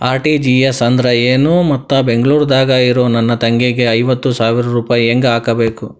RTGS ಅಂದ್ರ ಏನು ಮತ್ತ ಬೆಂಗಳೂರದಾಗ್ ಇರೋ ನನ್ನ ತಂಗಿಗೆ ಐವತ್ತು ಸಾವಿರ ರೂಪಾಯಿ ಹೆಂಗ್ ಹಾಕಬೇಕು?